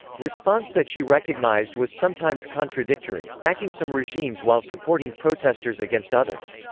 response that she recognized was sometimes contradictory, backing some regimes while supporting protesters against others.